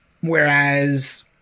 Whereas